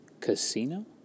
Casino